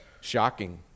Shocking